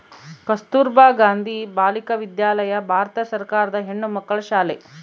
ಕಸ್ತುರ್ಭ ಗಾಂಧಿ ಬಾಲಿಕ ವಿದ್ಯಾಲಯ ಭಾರತ ಸರ್ಕಾರದ ಹೆಣ್ಣುಮಕ್ಕಳ ಶಾಲೆ